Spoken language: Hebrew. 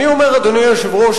אדוני היושב-ראש,